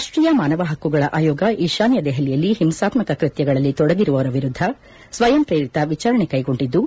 ರಾಷ್ಟೀಯ ಮಾನವ ಹಕ್ಕುಗಳ ಆಯೋಗ ಈಶಾನ್ದ ದೆಹಲಿಯಲ್ಲಿ ಹಿಂಸಾತ್ತಕ ಕೃತ್ವಗಳಲ್ಲಿ ತೊಡಗಿರುವವರ ವಿರುದ್ದ ಸ್ವಯಂಪ್ರೇರಿತ ವಿಚಾರಣೆ ಕೈಗೊಂಡಿದ್ದು